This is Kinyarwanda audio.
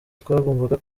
twagombaga